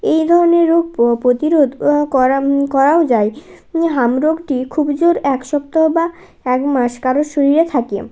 এই ধরনের রোগ প্রতিরোধ করা করাও যায় যে হাম রোগটি খুব জোর এক সপ্তাহ বা এক মাস কারোর শরীরে থাকে